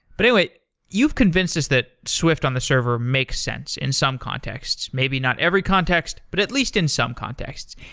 but anyway, you've convinced us that swift on the server makes sense in some contexts, maybe not every context, but at least in some contexts.